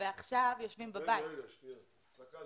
ועכשיו יושבים בבית היושב ראש,